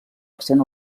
accent